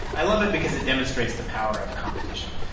i love it because it demonstrates the power of competition.